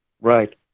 right